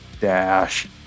dash